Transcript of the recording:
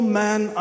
man